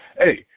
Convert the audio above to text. Hey